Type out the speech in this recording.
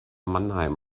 mannheim